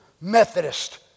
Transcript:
Methodist